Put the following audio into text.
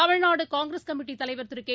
தமிழ்நாடுகாங்கிரஸ் கமிட்டதலைவர் கே